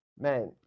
man